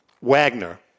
Wagner